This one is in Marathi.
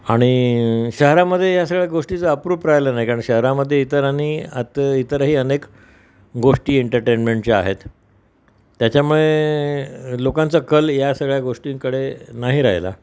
आणि शहरामध्ये या सगळ्या गोष्टीचं अप्रूप राहिलं नाही कारण शहरामध्ये इतर आणि आता इतरही अनेक गोष्टी एंटरटेनमेंटच्या आहेत त्याच्यामुळे लोकांचा कल या सगळ्या गोष्टींकडे नाही राहिला